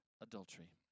adultery